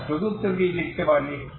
আমরা চতুর্থটি লিখতে পারি